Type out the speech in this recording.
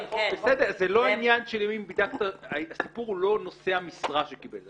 זה לא עניין של --- הסיפור הוא לא נושא המשרה שקיבל את זה,